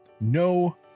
no